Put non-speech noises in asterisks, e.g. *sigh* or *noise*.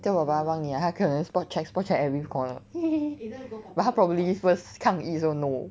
叫爸爸帮你他可能 spot check every spot check every corner *laughs* but 他 probably first 抗议说 no